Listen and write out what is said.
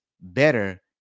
better